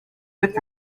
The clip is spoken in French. faites